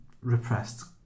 repressed